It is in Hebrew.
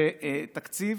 תקציב